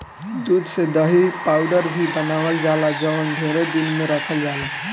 दूध से दूध पाउडर भी बनावल जाला जवन ढेरे दिन ले रखल जाला